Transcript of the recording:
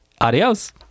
Adios